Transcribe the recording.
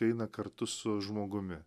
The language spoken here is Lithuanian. eina kartu su žmogumi